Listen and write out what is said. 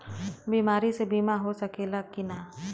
बीमारी मे बीमा हो सकेला कि ना?